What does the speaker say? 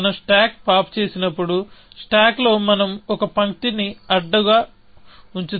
మనం stack pop చేసినప్పుడు stack లో మనం ఒక పంక్తిని అడ్డంగా ఉంచుతాము